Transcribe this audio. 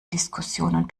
diskussionen